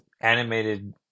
animated